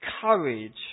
courage